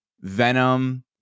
Venom